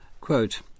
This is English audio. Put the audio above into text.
Quote